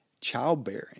Childbearing